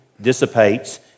dissipates